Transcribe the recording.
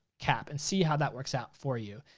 cap and see how that works out for you.